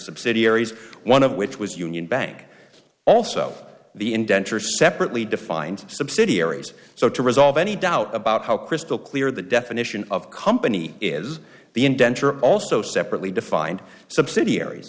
subsidiaries one of which was union bank also the indenture separately defined subsidiaries so to resolve any doubt about how crystal clear the definition of company is the indenture also separately defined subsidiaries